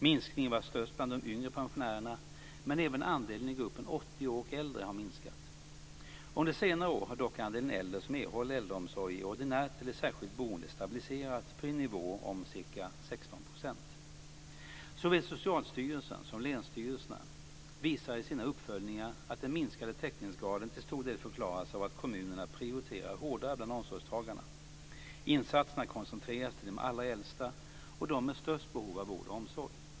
Minskningen var störst bland de yngre pensionärerna, men även andelen i gruppen 80 år och äldre har minskat. Under senare år har dock andelen äldre som erhåller äldreomsorg i ordinärt eller särskilt boende stabiliserats på en nivå på ca 16 %. Såväl Socialstyrelsen som länsstyrelserna visar i sina uppföljningar att den minskade täckningsgraden till stor del förklaras av att kommunerna prioriterar hårdare bland omsorgstagarna. Insatserna koncentreras till de allra äldsta och de med störst behov av vård och omsorg.